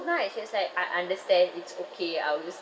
nice she was like I understand it's okay I will just